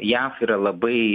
jav yra labai